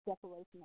separation